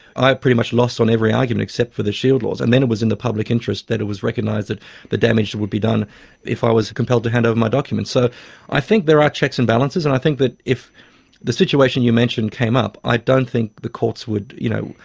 i pretty much lost on every argument except for the shield laws, and then it was in the public interest that it was recognised that the damage would be done if i was compelled to hand over my documents. so i think there are checks and balances, and i think that if the situation you mentioned came up, i don't think the courts would, you know,